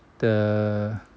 the